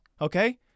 okay